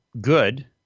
good